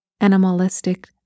animalistic